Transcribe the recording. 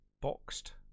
boxed